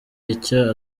icyo